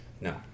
No